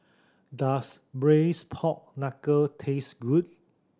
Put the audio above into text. does Braised Pork Knuckle taste good